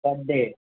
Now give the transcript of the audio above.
per day